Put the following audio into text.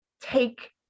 take